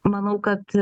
manau kad